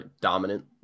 dominant